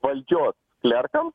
valdžios klerkams